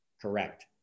Correct